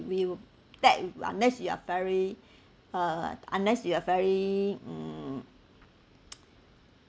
we will dead unless you are very uh unless you are very mm